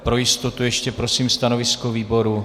Pro jistotu ještě prosím stanovisko výboru.